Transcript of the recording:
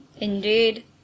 Indeed